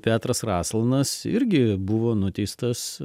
petras rasalnas irgi buvo nuteistas